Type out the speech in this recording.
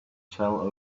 shell